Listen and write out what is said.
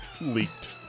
leaked